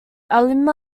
alumni